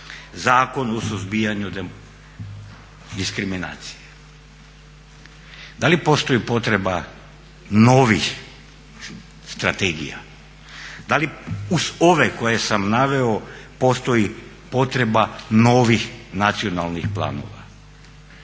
Zakon o suzbijanju diskriminacije. Da li postoji potreba novih strategija, da li uz ove koje sam naveo postoji potreba novih nacionalnih planova?